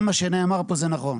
כל מה שנאמר פה זה נכון,